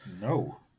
No